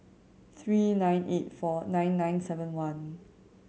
three nine eight four nine nine seven one